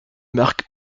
marc